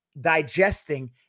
digesting